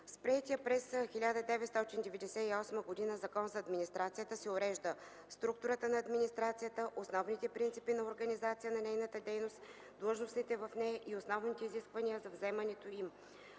С приетия през 1998 г. Закон за администрацията се урежда: структурата на администрацията, основните принципи на организация на нейната дейност, длъжностите в нея и основните изисквания за заемането им;